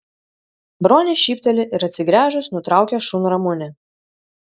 bronė šypteli ir atsigręžus nutraukia šunramunę